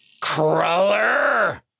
Crawler